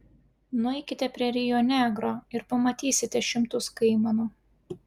nueikite prie rio negro ir pamatysite šimtus kaimanų